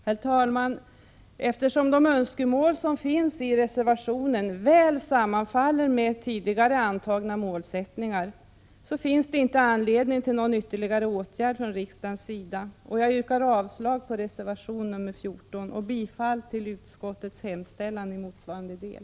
Herr talman! Eftersom de önskemål som förs fram i reservationen väl sammanfaller med tidigare antagna målsättningar finns det ingen anledning till någon ytterligare åtgärd från riksdagens sida. Jag yrkar avslag på reservation 14 och bifall till utskottets hemställan i motsvarande del.